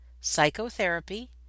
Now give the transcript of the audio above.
psychotherapy